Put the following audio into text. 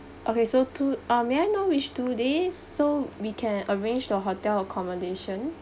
okay so two uh may I know which two days so we can arrange the hotel accommodation